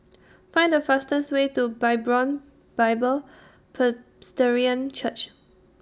Find The fastest Way to Hebron Bible Presbyterian Church